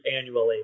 annually